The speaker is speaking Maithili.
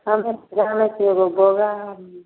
हम जानै छिए एगो बोआरी